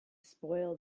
spoil